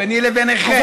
ביני לביניכם,